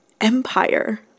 Empire